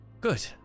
good